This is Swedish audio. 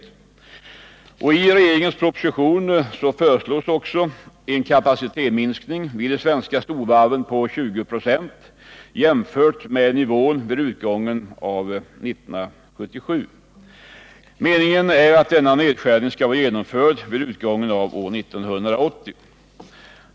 I regeringens proposition 1978/79:49 föreslås också en kapacitetsminskning vid de svenska storvarven på 20 96 jämfört med nivån vid utgången av år 1977. Meningen är att denna nedskärning skall vara genomförd vid utgången av år 1980.